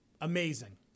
amazing